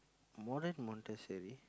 Modern-Montessori